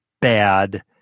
bad